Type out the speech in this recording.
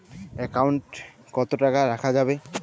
Account কত টাকা রাখা যাবে?